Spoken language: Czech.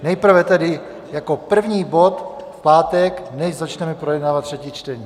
Nejprve tedy jako první bod v pátek, než začneme projednávat třetí čtení.